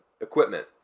equipment